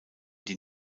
die